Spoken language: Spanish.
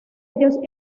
ellos